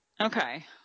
Okay